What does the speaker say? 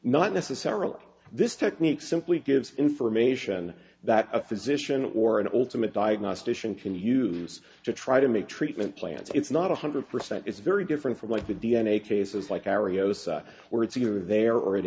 not necessarily this technique simply gives information that a physician or an ultimate diagnostician can use to try to make treatment plans it's not one hundred percent it's very different from what the d n a cases like aereo where it's either there or it